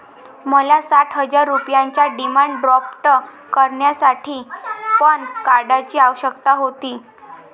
मला साठ हजार रुपयांचा डिमांड ड्राफ्ट करण्यासाठी पॅन कार्डची आवश्यकता होती